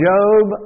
Job